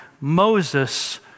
Moses